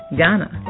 Ghana